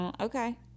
okay